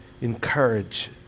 encourage